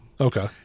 Okay